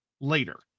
later